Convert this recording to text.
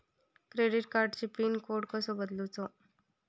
Credit कार्डची PIN code कसो बदलुचा?